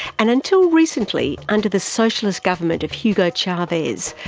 and until recently, under the socialist government of hugo chavez,